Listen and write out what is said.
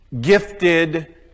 gifted